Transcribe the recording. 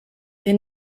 der